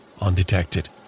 undetected